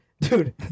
dude